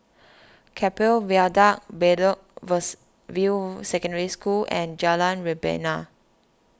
Keppel Viaduct Bedok View Secondary School and Jalan Rebana